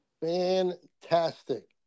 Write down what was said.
Fantastic